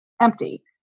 empty